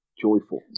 joyful